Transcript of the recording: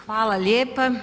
Hvala lijepa.